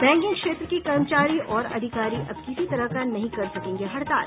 banking क्षेत्र के कर्मचारी और अधिकारी अब किसी तरह का नहीं कर सकेंगे हड़ताल